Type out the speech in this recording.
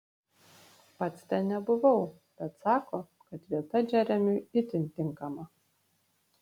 pats ten nebuvau bet sako kad vieta džeremiui itin tinkama